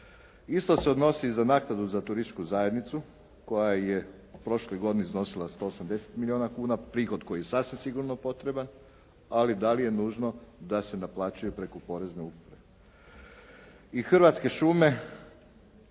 Isto se odnosi za naknadu za Turističku zajednicu koja je prošle godine iznosila 180 milijuna kuna, prihod koji je sasvim sigurno potreban, ali da li je nužno da se naplaćuje preko porezne uprave. I Hrvatske šume